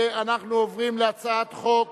אנחנו עוברים להצעת חוק